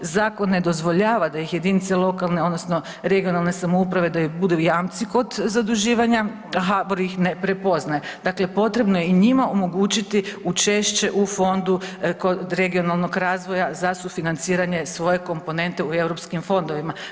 Zakon ne dozvoljava da ih jedinice lokalne odnosno regionalne samouprave da budu jamci kod zaduživanja, a HBOR ih ne prepoznaje, dakle potrebno je i njima omogućiti učešće u fondu kod regionalnog razvoja za sufinanciranje svoje komponente u eu fondovima.